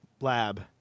lab